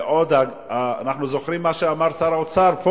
ועוד אנחנו זוכרים מה אמר פה שר האוצר,